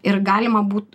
ir galima būt